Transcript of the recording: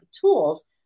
tools